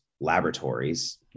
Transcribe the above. Laboratories